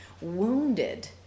wounded